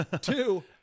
Two